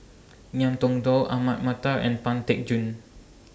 Ngiam Tong Dow Ahmad Mattar and Pang Teck Joon